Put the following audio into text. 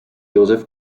josef